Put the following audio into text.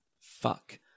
fuck